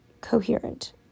coherent